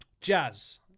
jazz